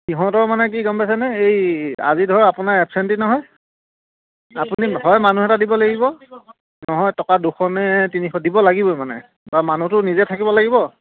সিহঁতৰ মানে কি গ'ম বছেনে এই আজি ধৰক আপোনাৰ এবচেণ্টি নহয় আপুনি হয় মানুহ এটা দিব লাগিব নহয় টকা দুশ নে তিনিশ দিব লাগিবই মানে বা মানুহটো নিজে থাকিব লাগিব